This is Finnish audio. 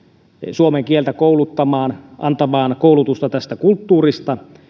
suomen kieltä kouluttamaan ja antamaan koulutusta tästä kulttuurista